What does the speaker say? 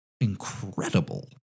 incredible